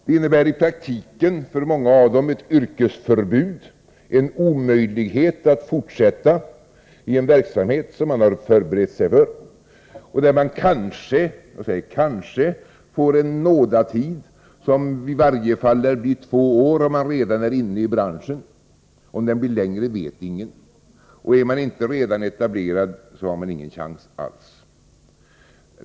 Det betyder i praktiken för många ett yrkesförbud, en omöjlighet att fortsätta i en verksamhet som man har förberett sig för och där man kanske — jag säger kanske — får en nådatid som i varje fall lär bli två år, om man redan är inne i branschen. Om tiden blir längre vet ingen. Och är man inte redan etablerad, har man ingen chans alls.